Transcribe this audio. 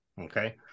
okay